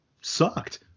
sucked